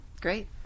great